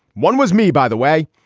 one was me, by the way.